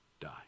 die